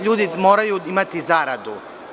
Ljudi moraju imati zaradu.